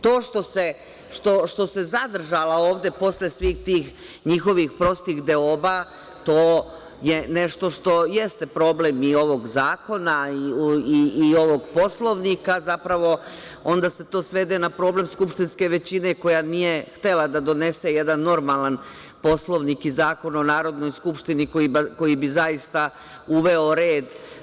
To što se zadržala ovde posle svih tih njihovih prostih deoba, to je nešto što jeste problem i ovog zakona i ovog Poslovnika zapravo, onda se to svede na problem skupštinske većine koja nije htela da donese jedan normalan Poslovnik i Zakon o Narodnoj skupštini koji bi zaista uveo red.